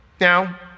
Now